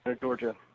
Georgia